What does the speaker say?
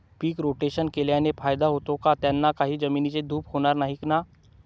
पीक rotation केल्याने फायदा होतो का? त्याने जमिनीची धूप होणार नाही ना?